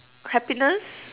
happiness